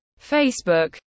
Facebook